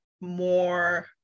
more